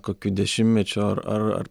kokiu dešimtmečiu ar ar